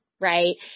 right